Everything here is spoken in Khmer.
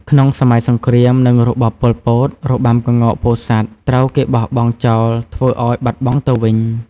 ក្នុងសម័យសង្គ្រាម និងរបបប៉ុលពត របាំក្ងោកពោធិ៍សាត់ត្រូវគេបោះបង់ចោលធ្វើឱ្យបាត់បង់ទៅវិញ ។